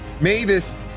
Mavis